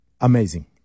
amazing